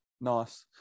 Nice